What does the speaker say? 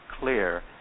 clear